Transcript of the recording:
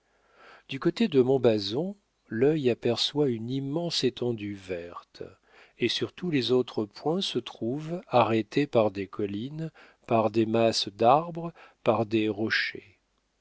du côté de montbazon l'œil aperçoit une immense étendue verte et sur tous les autres points se trouve arrêté par des collines par des masses d'arbres par des rochers